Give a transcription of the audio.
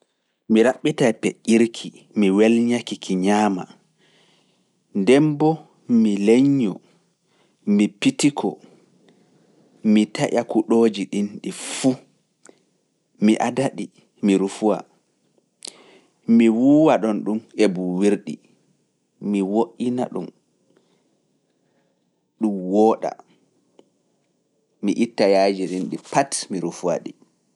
Mi raɓɓita peƴƴirki, mi welñaki ki ñaama, ndemboo mi leñño, mi pitiko, mi taƴa kuɗooji ɗin ɗi fuu, mi ada ɗi, mi rufuwa, mi wuuwa ɗon ɗum e buuwirɗi, mi woina'ɗum, ɗum wooɗa, mi itta yaayiji ɗin ɗi pat, mi rufuwa ɗi.